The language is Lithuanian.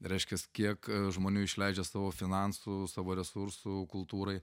reiškias kiek žmonių išleidžia savo finansų savo resursų kultūrai